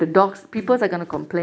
mm